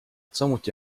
samuti